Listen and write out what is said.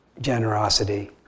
generosity